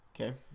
Okay